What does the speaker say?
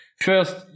First